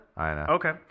Okay